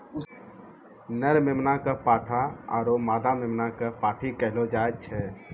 नर मेमना कॅ पाठा आरो मादा मेमना कॅ पांठी कहलो जाय छै